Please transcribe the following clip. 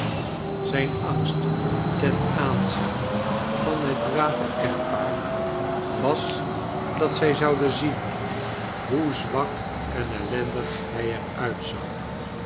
zijn angst ten aanzien van het brave echtpaar was dat zij zouden zien hoe zwak en ellendig hij er uitzag